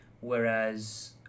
whereas